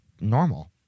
normal